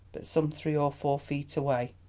but some three or four feet away.